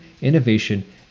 Innovation